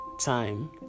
time